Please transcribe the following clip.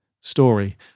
story